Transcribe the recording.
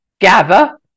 gather